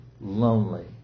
lonely